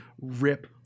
rip